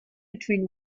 between